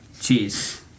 Cheers